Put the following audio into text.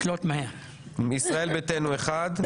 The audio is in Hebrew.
ישראל ביתנו אחד,